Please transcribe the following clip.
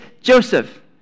Joseph